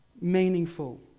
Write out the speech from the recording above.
meaningful